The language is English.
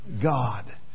God